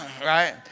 right